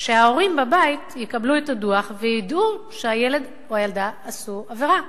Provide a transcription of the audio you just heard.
שההורים בבית יקבלו את הדוח וידעו שהילד או הילדה עשו עבירה,